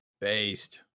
Based